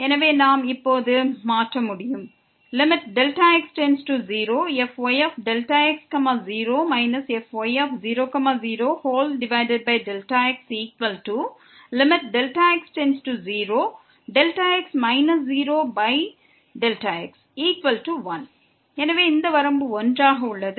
எனவே நாம் இப்போது மாற்ற முடியும் fyx0 fy00x Δx 0Δx 1 எனவே இந்த வரம்பு 1 ஆக உள்ளது